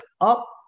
up